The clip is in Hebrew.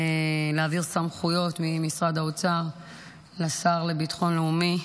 להעביר סמכויות ממשרד האוצר לשר לביטחון לאומי,